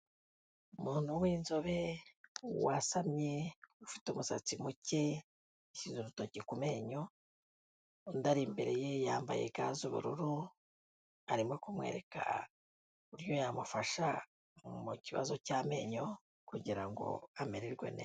Umuntu w'inzobe wasamye ufite umusatsi muke yashyize urutoki ku menyo, undi ari imbere ye yambaye ga z'ubururu arimo kumwereka uburyo yamufasha mu kibazo cy'amenyo kugira ngo amererwe neza.